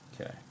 Okay